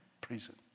prison